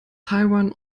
taiwan